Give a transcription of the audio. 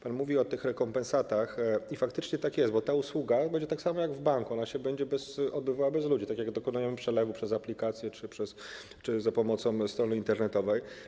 Pan mówi o tych rekompensatach i faktycznie tak jest, bo ta usługa będzie tak samo jak w banku, ona się będzie odbywała bez ludzi, tak jak dokonujemy przelewu przez aplikację czy za pomocą strony internetowej.